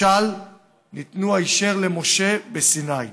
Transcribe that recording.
משל ניתנו היישר למשה בסיני.